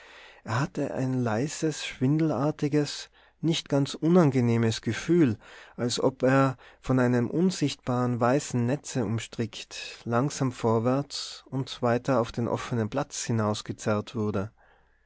er hatte ein leises schwindelartiges nicht ganz unangenehmes gefühl als ob er von einem unsichtbaren weichen netze umstrickt langsam vorwärts und weiter auf den offenen platz hinaus gezerrt würde